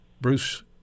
Bruce